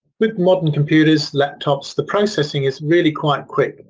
with modern computers, laptops the processing is really quite quick,